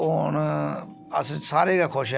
हून अस सारे गै खुश ऐ